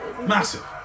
massive